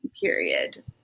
period